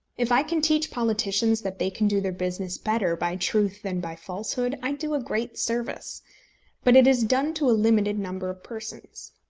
if i can teach politicians that they can do their business better by truth than by falsehood, i do a great service but it is done to a limited number of persons.